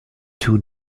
two